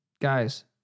Guys